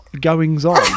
goings-on